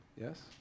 Yes